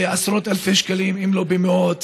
בעשרות אלפי שקלים אם לא במאות